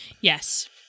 Yes